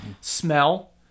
smell